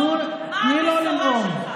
אז תני לו לנאום.